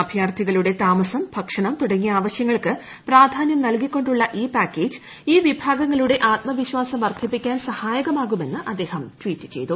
അഭ്യാർത്ഥികളുടെ താമസം ഭക്ഷണം തുടങ്ങിയ അവശ്യങ്ങൾക്ക് ഫ്രിഫ്ടാന്യം നൽകിക്കൊണ്ടുള്ള ഈ പാക്കേജ് ഈ വിഭാഗങ്ങളുടെ ആത്മുവീശ്ചാസം വർദ്ധിപ്പിക്കാൻ സഹായകമാകുമെന്ന് അദ്ദേഹം ട്ട്വീറ്റ് ചെയ്തു